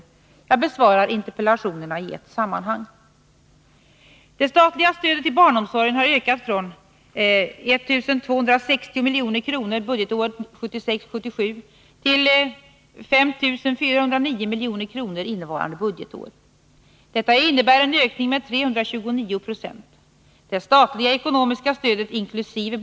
Jag besvarar interpellationerna i ett sammanhang. Det statliga stödet till barnomsorgen har ökat från 1260 milj.kr. budgetåret 1976/77 till 5 409 milj.kr. innevarande budgetår. Detta innebär en ökning med 329 96. Det statliga ekonomiska stödet (inkl.